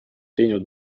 teinud